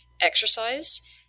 exercise